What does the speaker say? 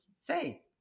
say